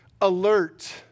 alert